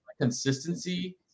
consistency